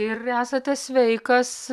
ir esate sveikas